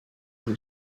will